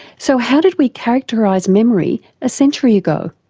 so how did we characterise memory a century ago?